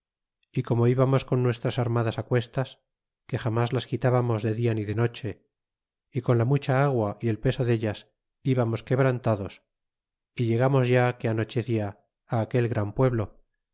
y como íbamos con nuestras armas a cuestas que jamas las quitábamos de dia ni de noche y con la mucha agua y el peso dalas íbamos quebrantados y llegamos a que anochecia á aquel gran pueblo